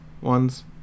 ones